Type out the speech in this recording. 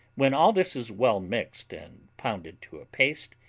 when all this is well mixed and pounded to a paste,